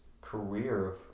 career